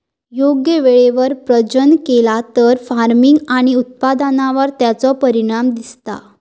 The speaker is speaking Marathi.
योग्य वेळेवर प्रजनन केला तर फार्मिग आणि उत्पादनावर तेचो परिणाम दिसता